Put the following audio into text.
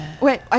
Wait